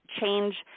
change